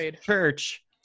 church